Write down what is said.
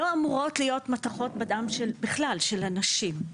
לא אמורות להיות מתכות בכלל בדם של אנשים,